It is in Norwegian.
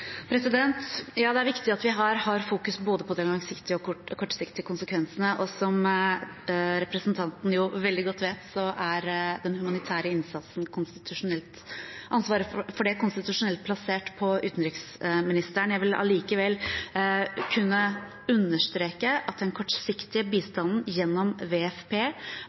Det er viktig at vi her har fokus både på de langsiktige og de kortsiktige konsekvensene. Som representanten veldig godt vet, er ansvaret for den humanitære innsatsen konstitusjonelt plassert hos utenriksministeren. Jeg vil allikevel kunne understreke at den kortsiktige bistanden gjennom WFP